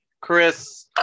Chris